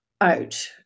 out